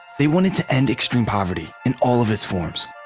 they wanted to end extreme poverty in all of its forms,